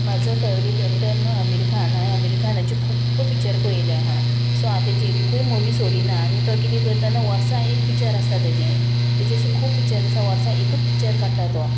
म्हाजो favourite actor न्हू अमिर खान हांवें अमिर खानाची खुब्ब पिच्चर पळयलें आहा सो हांव तेजी एकूय मुवी सोडिना आनी तो कितें करता न्हू वर्सा एक पिक्चर आसता तेजें तेजें अशें खूब पिक्चर आसा वर्सा एकूच पिक्चर काडटा तो